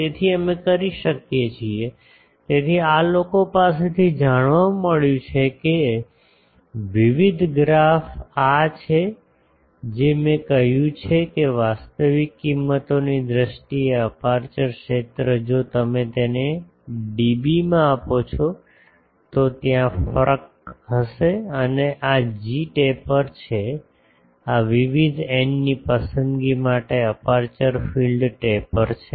તેથી અમે કરી શકીએ છીએ તેથી આ લોકો પાસેથી જાણવા મળ્યું છે કે વિવિધ ગ્રાફ આ છે જે મેં કહ્યું છે કે વાસ્તવિક કિંમતોની દ્રષ્ટિએ અપેર્ચર ક્ષેત્ર જો તમે તેને ડીબીમાં આપો છો તો ત્યાં ફરક હશે અને આ જીટેપર છે આ વિવિધ એન ની પસંદગી માટે અપેર્ચર ફિલ્ડ ટેપર છે